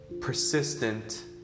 persistent